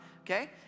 Okay